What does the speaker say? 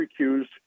recused